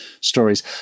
stories